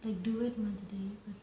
like duet மாதிரி:maathiri